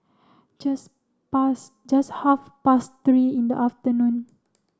just past just half past three in the afternoon